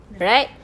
sudah